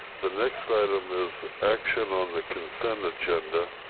the next item is action on the consent agenda.